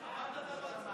הוא שאל.